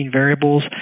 variables